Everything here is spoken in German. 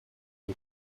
weg